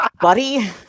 buddy